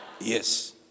Yes